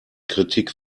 kritik